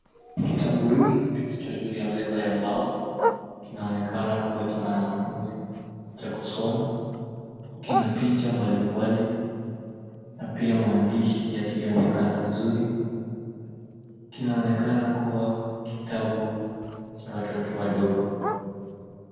Kitabu hiki kilicho juu ya meza ya mbao, kinaonekana kuwa cha mwanafunzi cha kusoma. Kina picha mbalimbali na pia maandishi yasiyoonekana vizuri. Kinaonekana kuwa kitabu cha watoto wadogo.